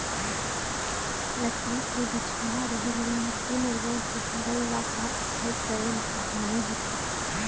लकरी के बिछौना रहें ले मुरगी मुरगा के हगल ल साफ सफई करे में आसानी होथे